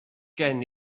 gen